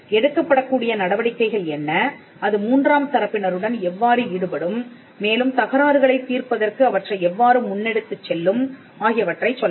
எடுக்கப் படக்கூடிய நடவடிக்கைகள் என்ன அது மூன்றாம் தரப்பினருடன் எவ்வாறு ஈடுபடும் மேலும் தகராறுகளைத் தீர்ப்பதற்கு அவற்றை எவ்வாறு முன்னெடுத்துச் செல்லும் ஆகியவற்றைச் சொல்லவேண்டும்